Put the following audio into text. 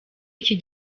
iki